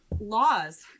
laws